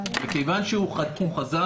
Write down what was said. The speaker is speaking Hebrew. מכיוון שהוא חזר,